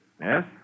Yes